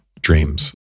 dreams